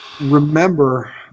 remember